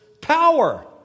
power